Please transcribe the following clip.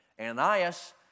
Ananias